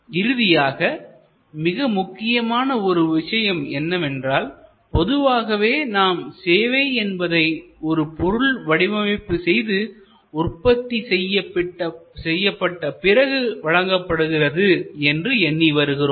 இறுதியாக மிக முக்கியமான ஒரு விஷயம் என்னவென்றால் பொதுவாகவே நாம் சேவை என்பதை ஒரு பொருள் வடிவமைப்பு செய்து உற்பத்தி செய்யப்பட்ட பிறகு வழங்கப்படுகிறது என்று எண்ணி வருகிறோம்